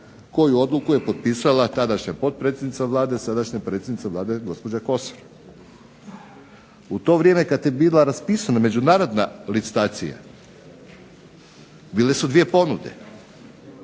koju odluku je potpisala tadašnja potpredsjednica Vlade, a sada sadašnja predsjednica Vlade gospođa Kosor. U to vrijeme kada je bila raspisana međunarodna licitacija, bile su dvije ponude.